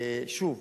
שוב,